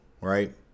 right